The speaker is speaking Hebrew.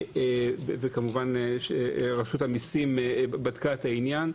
וכמובן, רשות המסים בדקה את העניין.